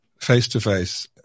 face-to-face